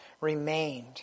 remained